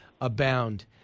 abound